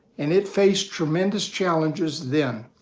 and it faced tremendous challenges then.